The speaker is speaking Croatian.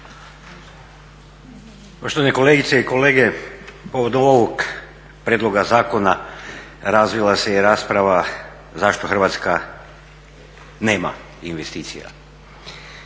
Poštovane kolegice i kolege. Povodom ovog prijedloga zakona razvila se i rasprava zašto Hrvatska nema investicija.